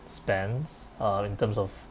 spends uh in terms of